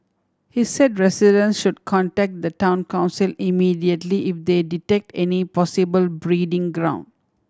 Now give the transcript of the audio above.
he said residents should contact the Town Council immediately if they detect any possible breeding ground